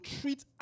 treat